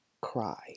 cry